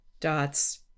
dots